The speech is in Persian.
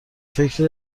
فکر